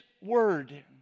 Word